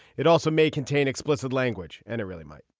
it also may contain explicit language and it really might